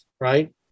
right